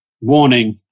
warning